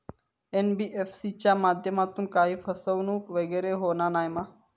NBFC च्या माध्यमातून काही फसवणूक वगैरे होना नाय मा?